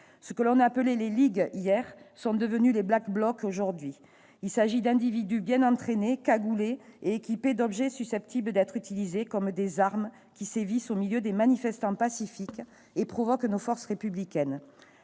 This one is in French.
Ce qu'on appelait hier les « ligues » sont devenues les « Black Blocs » aujourd'hui. Il s'agit d'individus bien entraînés, cagoulés et équipés d'objets susceptibles d'être utilisés comme des armes. Ils sévissent au milieu de manifestants pacifiques et provoquent nos forces républicaines.